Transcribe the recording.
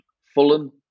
Fulham